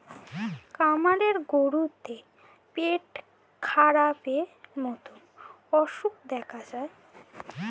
খামারের গরুদের পেটখারাপের মতো অসুখ দেখা যায়